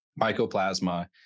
mycoplasma